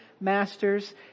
masters